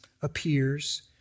appears